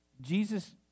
Jesus